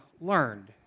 learned